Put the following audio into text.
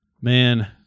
man